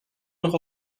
immer